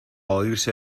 oírse